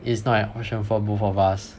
it's not an option for both of us